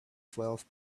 twelve